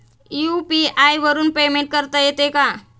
UPI वरून payment करता येते का?